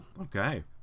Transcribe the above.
Okay